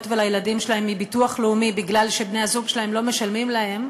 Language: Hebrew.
ולילדים שלהן מהביטוח הלאומי מפני שבני-הזוג שלהן לא משלמים להן,